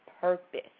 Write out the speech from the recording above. purpose